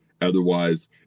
Otherwise